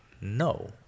no